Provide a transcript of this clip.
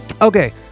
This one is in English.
Okay